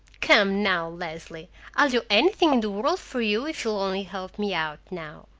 come, now, leslie i'll do anything in the world for you if you'll only help me out now.